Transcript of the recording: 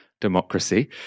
Democracy